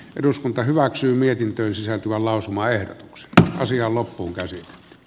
eduskunta hyväksyi mietintöön sisältyvää lausumaehdotuksen osia loppuun karsii i